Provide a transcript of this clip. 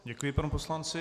Děkuji panu poslanci.